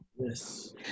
Yes